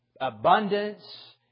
abundance